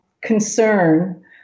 concern